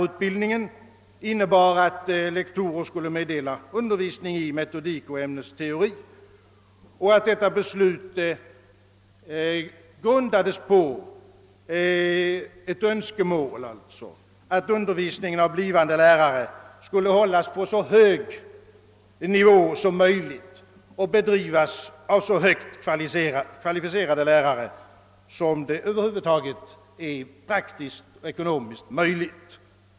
utbildningen innebar, att lektorer skulle meddela undervisning i metodik och ämnesteori och att detta beslut grundades på ett önskemål att undervisningen av blivande lärare skulle hållas på så hög nivå och bedrivas av så högt kvalificerade lärare som det över huvud taget är praktiskt och ekonomiskt möjligt.